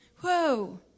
Whoa